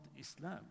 Islam